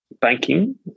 banking